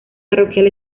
parroquial